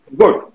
good